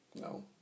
no